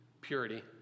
purity